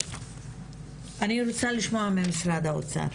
אני רוצה לשמוע ממשרד האוצר.